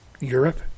Europe